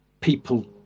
people